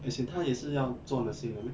as in 他也是要做 nursing 的 meh